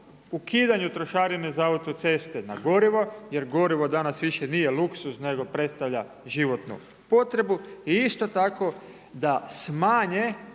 ukidanju trošarine za autoceste na goriva jer gorivo danas više nije luksuz nego predstavlja životnu potrebu i isto tako da smanje